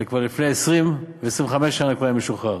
אלא לפני 20 ו-25 שנה כבר היה משוחרר.